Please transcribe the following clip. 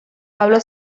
pablo